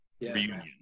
reunion